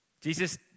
Jesus